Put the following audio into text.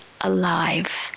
alive